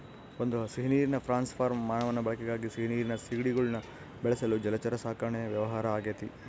ಒಂದು ಸಿಹಿನೀರಿನ prawn farm ಮಾನವನ ಬಳಕೆಗಾಗಿ ಸಿಹಿನೀರಿನ ಸೀಗಡಿಗುಳ್ನ ಬೆಳೆಸಲು ಜಲಚರ ಸಾಕಣೆ ವ್ಯವಹಾರ ಆಗೆತೆ